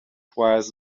was